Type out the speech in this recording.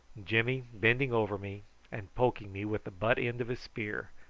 jimmy bending over me and poking me with the butt end of his spear,